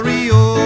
Rio